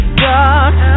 dark